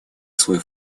свой